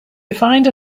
defined